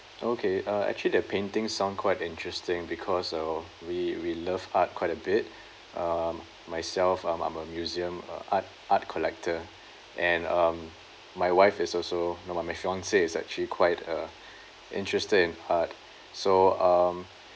okay uh actually the painting sound quite interesting because uh we we love art quite a bit um myself um I'm a museum uh art art collector and um my wife is also no my my fiancee is actually quite uh interested in art so um